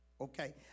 Okay